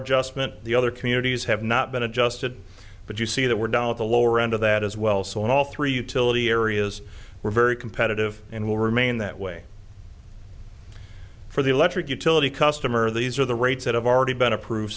adjustment the other communities have not been adjusted but you see that we're down at the lower end of that as well so all three utility areas were very competitive and will remain that way for the electric utility customer these are the rates that have already been approved